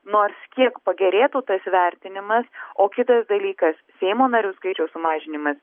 nors kiek pagerėtų tas vertinimas o kitas dalykas seimo narių skaičiaus sumažinimas